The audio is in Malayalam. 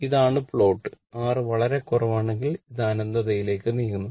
ഇതാണ് പ്ലോട്ട് R വളരെ കുറവാണെങ്കിൽ അത് അനന്തതയിലേക്ക് നീങ്ങുന്നു